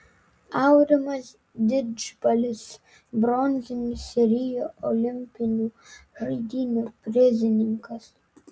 aurimas didžbalis bronzinis rio olimpinių žaidynių prizininkas